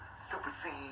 supersede